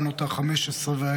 בנות 15 ו-10.